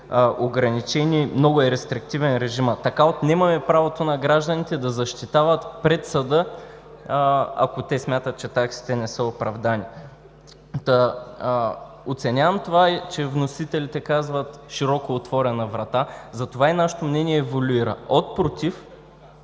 ограничени, много е рестриктивен режимът. Така отнемаме правото на гражданите да защитават пред съда, ако те смятат, че таксите не са оправдани. Та оценявам това, че вносителите казват „широко отворена врата“. Затова и нашето мнение еволюира от против…